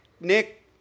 Nick